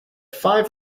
five